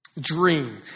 Dream